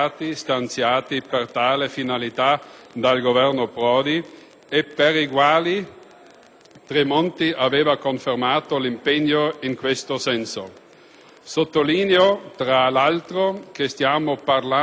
Tremonti aveva confermato l'impegno in questo senso. Sottolineo, tra l'altro, che stiamo parlando di sfratti che riguardano solo particolari categorie sociali.